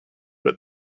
but